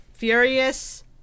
Furious